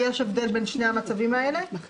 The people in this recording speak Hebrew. הם הימים שיובאו בחשבון כאילו שהם --- לא ימים.